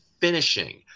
finishing